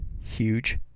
huge